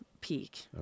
peak